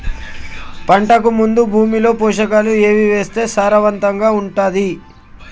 పంటకు ముందు భూమిలో పోషకాలు ఏవి వేస్తే సారవంతంగా ఉంటది?